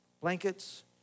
blankets